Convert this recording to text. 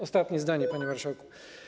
Ostatnie zdanie, panie marszałku.